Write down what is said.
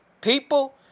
People